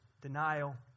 denial